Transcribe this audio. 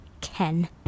Ken